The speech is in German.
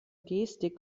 gestik